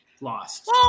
lost